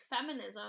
feminism